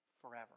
forever